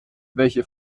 welche